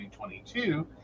2022